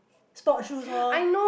sport shoes loh